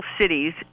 cities